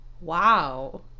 Wow